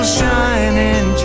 shining